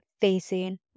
facing